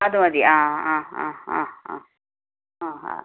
അതുമതി ആ ആ ആ ആ ആ ആ ആ